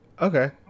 Okay